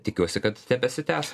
tikiuosi kad tebesitęs